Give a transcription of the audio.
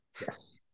Yes